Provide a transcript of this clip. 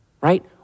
right